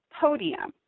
podium